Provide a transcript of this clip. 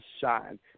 shine